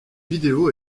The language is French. vidéo